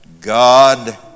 God